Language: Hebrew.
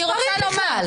אני רוצה לומר.